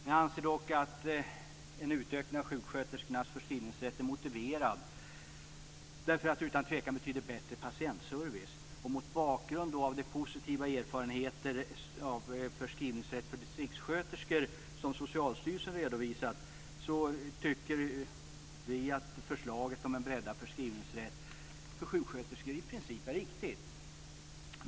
Jag anser dock att en utökning av sjuksköterskornas förskrivningsrätt är motiverad, därför att det utan tvivel betyder en bättre patientservice. Mot bakgrund av de positiva erfarenheter av förskrivningsrätt för distriktssköterskor som Socialstyrelsen redovisat tycker vi att förslaget om en breddad förskrivningsrätt för sjuksköterskor i princip är riktigt.